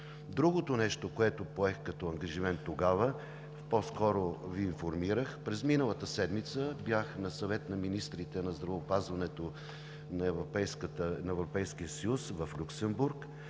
Другото нещо, което поех като ангажимент тогава, по-скоро Ви информирах – през миналата седмица бях на съвет на министрите на здравеопазването на Европейския съюз в Люксембург.